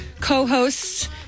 co-hosts